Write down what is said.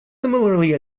similarly